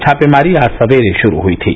छापेमारी आज सवेरे शुरू हुई थी